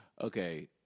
Okay